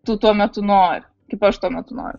tu tuo metu nori kaip aš tuo metu noriu